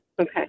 Okay